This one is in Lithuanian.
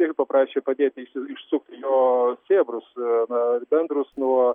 ir paprašė padėti išsukti jo sėbrus na bendrus nuo